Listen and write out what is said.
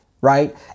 right